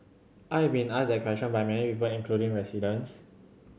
I have been asked that question by many people including residents